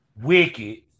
Wicked